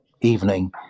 evening